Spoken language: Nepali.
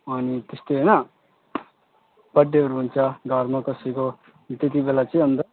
अनि त्यस्तै होइन बर्थडेहरू हुन्छ घरमा कसैको त्यत्ति बेला चाहिँ अन्त